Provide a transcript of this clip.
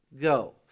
go